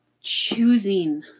choosing